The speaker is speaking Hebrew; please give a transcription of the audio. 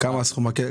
--- כמה סכום הכסף?